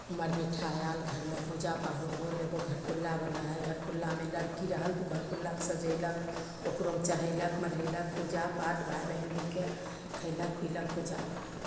मर मीठा आएल घरमे पूजा पाहुर होल एगो घरकुल्ला बनै हइ घरकुल्लामे लड़की रहल तऽ घरकुल्लाके सजेलक ओकरोमे चढ़ेलक मढ़ेलक पूजा पाठ भाइ बहिन मिलिके खएलक पिलक पूजा पाठ कएलक